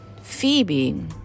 Phoebe